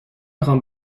خوام